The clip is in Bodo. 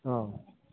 औ